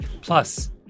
Plus